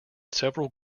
several